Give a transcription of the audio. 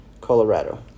Colorado